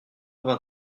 vingt